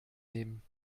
nehmen